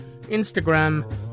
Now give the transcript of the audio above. Instagram